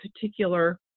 particular